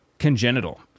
congenital